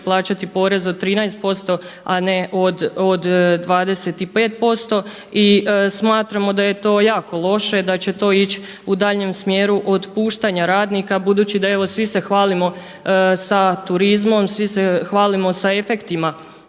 plaćati porez od 13%, a ne od 25%. I smatramo da je to jako loše, da će to ići u daljnjem smjeru otpuštanja radnika budući da evo svi se hvalimo sa turizmom, svi se hvalimo sa efektima